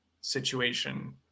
situation